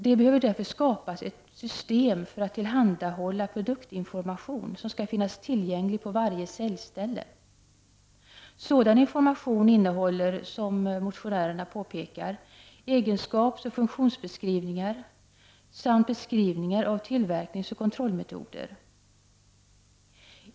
Det behöver därför skapas ett system för att tillhandahålla produktinformation, som skall finnas tillgänglig på varje säljställe. Sådan information innehåller, som motionärerna påpekar, egenskapsoch funktionsbeskrivningar samt beskrivningar av tillverkningsoch kontrollmetoder.